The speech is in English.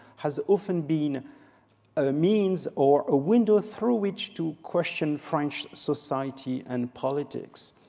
has often been a means or a window through which to question french society and politics.